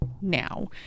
now